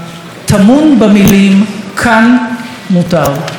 טמון במילים 'כאן מותר'".